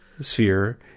sphere